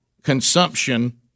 consumption